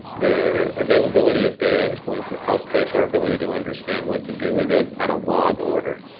the availability of data is going to outpace our ability to understand what to do with it at a log order.